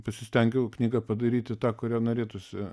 pasistengiau knygą padaryti tą kurią norėtųsi